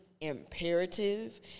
imperative